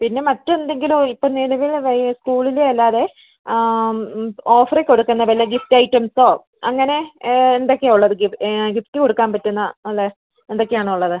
പിന്നെ മറ്റെന്തെങ്കിലും ഇപ്പം നിലവിൽ സ്കൂളിലും അല്ലാതെ ഓഫറിൽ കൊടുക്കുന്ന വല്ല ഗിഫ്റ്റ് ഐറ്റംസോ അങ്ങനെ എന്തൊക്കെയാണ് ഉള്ളത് ഗിഫ്റ്റ് കൊടുക്കാൻ പറ്റുന്ന ഉള്ളത് എന്തൊക്കെ ആണ് ഉള്ളത്